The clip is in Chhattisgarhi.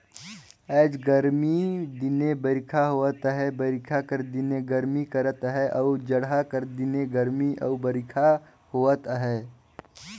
आएज गरमी दिने बरिखा होवत अहे बरिखा कर दिने गरमी करत अहे अउ जड़हा कर दिने गरमी अउ बरिखा होवत अहे